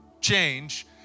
change